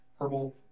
Herbal